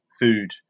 food